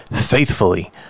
faithfully